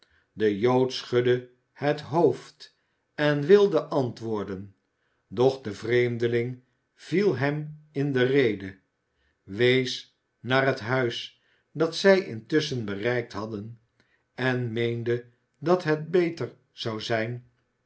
de jood schudde het hoofd en wilde antwoorden doch de vreemdeling viel hem in de rede wees naar het huis dat zij intusschen bereikt hadden en meende dat het beter zou zijn